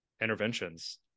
interventions